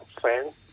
friends